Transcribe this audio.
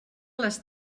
les